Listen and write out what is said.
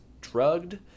drugged